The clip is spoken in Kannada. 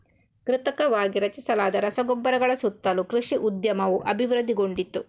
ಕೃತಕವಾಗಿ ರಚಿಸಲಾದ ರಸಗೊಬ್ಬರಗಳ ಸುತ್ತಲೂ ಕೃಷಿ ಉದ್ಯಮವು ಅಭಿವೃದ್ಧಿಗೊಂಡಿತು